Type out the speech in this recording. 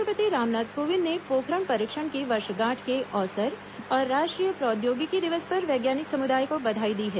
राष्ट्र पति रामनाथ कोविंद ने पोखरण परीक्षण की वर्षगांठ के अवसर और राष्ट्र ीय प्रौद्योगिकी दिवस पर वैज्ञानिक समुदाय को बधाई दी है